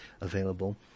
available